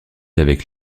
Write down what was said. avec